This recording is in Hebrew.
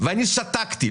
אני שתקתי,